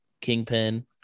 Kingpin